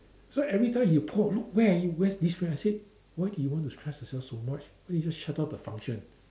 so everytime you poor look where are you where's this where I said why do you want to stress yourself so much why you just shut down the function